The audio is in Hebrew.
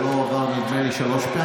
נדמה לי שזה לא עבר שלוש פעמים?